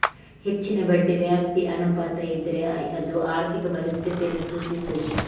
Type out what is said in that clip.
ಹೆಚ್ಚಿನ ಬಡ್ಡಿ ವ್ಯಾಪ್ತಿ ಅನುಪಾತ ಇದ್ರೆ ಅದು ಆರ್ಥಿಕ ಬಲಿಷ್ಠತೆಯನ್ನ ಸೂಚಿಸ್ತದೆ